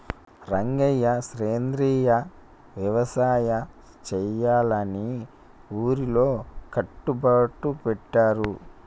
రంగయ్య సెంద్రియ యవసాయ సెయ్యాలని ఊరిలో కట్టుబట్లు పెట్టారు